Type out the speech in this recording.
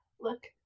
look